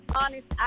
honest